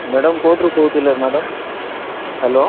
madam କେଉଁଟିରୁ କହୁଥିଲେ madam hello